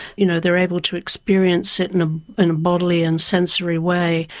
you know they're able to experience it in a and bodily and sensory way.